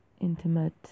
intimate